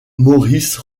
maurice